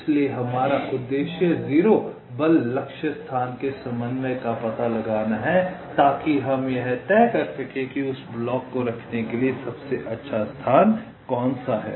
इसलिए हमारा उद्देश्य 0 बल लक्ष्य स्थान के समन्वय का पता लगाना है ताकि हम यह तय कर सकें कि उस ब्लॉक को रखने के लिए सबसे अच्छा स्थान कौन सा है